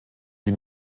die